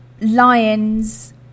lion's